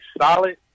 solid